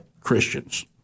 Christians